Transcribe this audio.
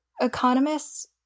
economists